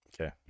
Okay